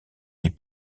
les